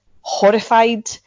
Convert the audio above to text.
horrified